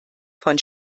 von